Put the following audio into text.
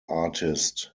artist